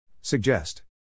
Suggest